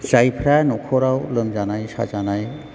जायफ्रा नखराव लोमजानाय साजानाय